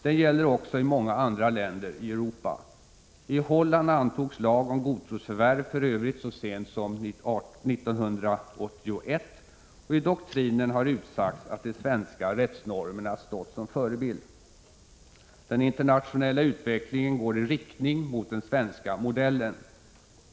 Den gäller också i många andra länder i Europa. I Holland antogs lag om godtrosförvärv för övrigt så sent som 1981, och i doktrinen har utsagts att de svenska rättsnormerna stått som förebild. Den internationella utvecklingen går i riktning mot den svenska modellen.